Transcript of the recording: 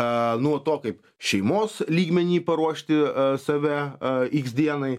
a nuo to kaip šeimos lygmeny paruošti a save a iks dienai